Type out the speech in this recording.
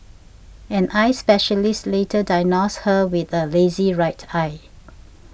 an eye specialist later diagnosed her with a lazy right eye